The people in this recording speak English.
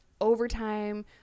overtime